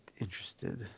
interested